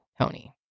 Tony